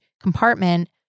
compartment